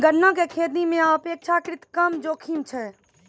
गन्ना के खेती मॅ अपेक्षाकृत कम जोखिम छै